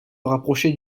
rapprocher